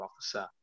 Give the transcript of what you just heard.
officer